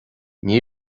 níl